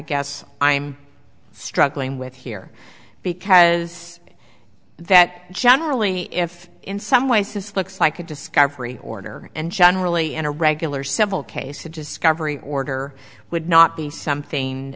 guess i'm struggling with here because that generally if in some ways this looks like a discovery order and generally in a regular civil case a discovery order would not be something